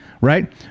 Right